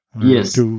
Yes